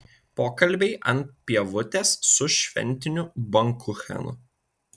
pokalbiai ant pievutės su šventiniu bankuchenu